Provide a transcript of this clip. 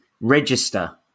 Register